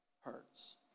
hurts